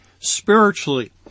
spiritually